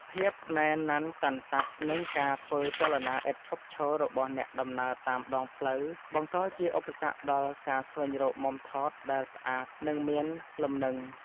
ភាពណែនណាន់តាន់តាប់ និងការធ្វើចលនាឥតឈប់ឈររបស់អ្នកដំណើរតាមដងផ្លូវ បង្កជាឧបសគ្គដល់ការស្វែងរកមុំថតដែលស្អាត និងមានលំនឹង។